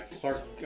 Clark